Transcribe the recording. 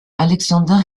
alexander